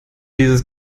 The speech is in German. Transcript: dieses